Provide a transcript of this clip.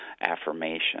affirmation